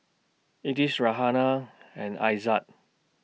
Idris Raihana and Aizat